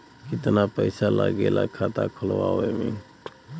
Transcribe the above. कितना पैसा लागेला खाता खोलवावे में?